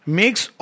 makes